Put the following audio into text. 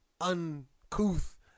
uncouth